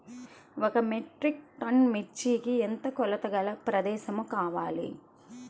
ఒక metric ton మిర్చికి ఎంత కొలతగల ప్రదేశము కావాలీ?